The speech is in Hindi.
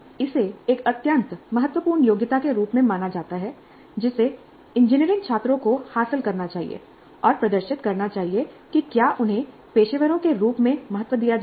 इसे एक अत्यंत महत्वपूर्ण योग्यता के रूप में माना जाता है जिसे इंजीनियरिंग छात्रों को हासिल करना चाहिए और प्रदर्शित करना चाहिए कि क्या उन्हें पेशेवरों के रूप में महत्व दिया जाना है